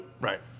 Right